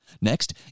Next